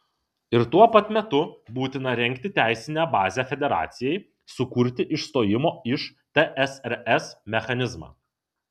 ir tuo pat metu būtina rengti teisinę bazę federacijai sukurti išstojimo iš tsrs mechanizmą